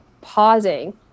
pausing